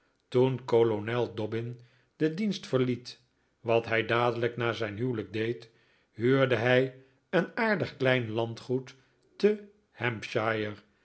toen kolonel dobbin den dienst verliet wat hij dadelijk na zijn huwelijk deed huurde hij een aardig klein landgoed te